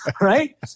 right